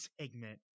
segment